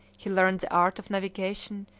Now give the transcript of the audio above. he learnt the art of navigation,